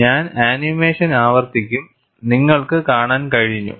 ഞാൻ ആനിമേഷൻ ആവർത്തിക്കും നിങ്ങൾക്ക് കാണാൻ കഴിഞ്ഞു